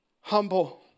humble